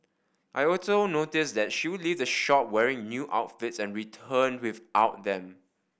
I also noticed that she would leave the shop wearing new outfits and returned without them